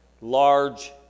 large